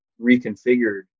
reconfigured